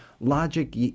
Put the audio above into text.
logic